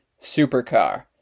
Supercar